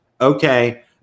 okay